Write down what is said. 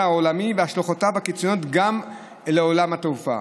העולמי והשלכותיו הקיצוניות גם על עולם התעופה.